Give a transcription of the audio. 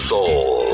Soul